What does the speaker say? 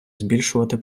збільшувати